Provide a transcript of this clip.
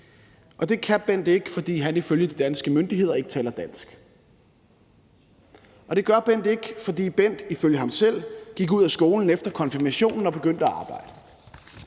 og det kan Bent ikke, fordi han ifølge de danske myndigheder ikke taler dansk, og det gør Bent ikke, fordi Bent ifølge ham selv gik ud af skolen efter konfirmationen og begyndte at arbejde.